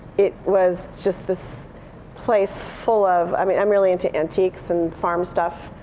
it was just this place full of i mean i'm really into antiques and farm stuff.